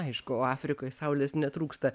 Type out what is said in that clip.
aišku o afrikoj saulės netrūksta